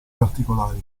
particolari